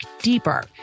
deeper